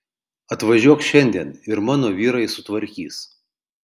atvažiuok šiandien ir mano vyrai sutvarkys